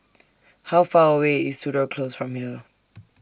How Far away IS Tudor Close from here